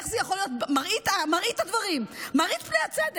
איך זה יכול להיות מראית הדברים, מראית פני הצדק?